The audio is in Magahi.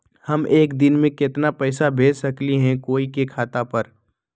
हम एक दिन में केतना पैसा भेज सकली ह कोई के खाता पर?